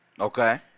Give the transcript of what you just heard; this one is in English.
Okay